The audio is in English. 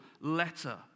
letter